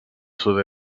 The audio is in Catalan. sud